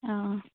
ꯑꯥ ꯑꯥ